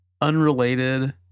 unrelated